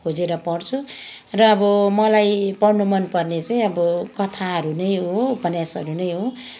खोजेर पढ्छु र अब मलाई पढ्नु मनपर्ने चाहिँ अब कथाहरू नै हो उपन्यासहरू नै हो